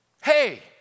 hey